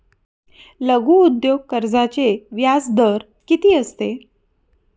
लघु उद्योग कर्जाचे व्याजदर किती असते?